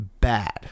bad